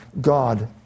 God